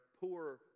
poor